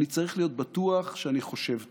אני צריך להיות בטוח שאני חושב טוב.